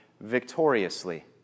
victoriously